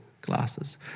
glasses